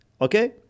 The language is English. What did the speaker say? Okay